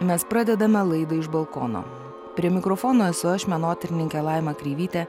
mes pradedame laidą iš balkono prie mikrofono esu aš menotyrininkė laima kreivytė